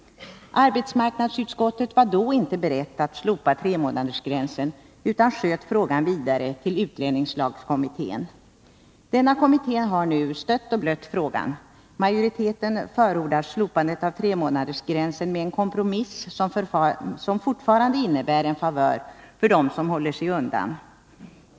Arbetsmarknadsutskottet var då inte berett att slopa tremånadersgränsen utan sköt frågan vidare till utlänningslagskommittén. Denna kommitté har nu stött och blött frågan. Majoriteten förordar slopandet av tremånadersgränsen med en kompromiss, som fortfarande innebär en favör för dem som håller sig undan.